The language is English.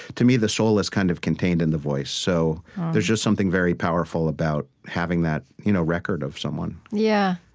to me, the soul is kind of contained in the voice. so there's just something very powerful about having that you know record of someone yeah.